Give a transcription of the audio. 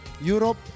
Europe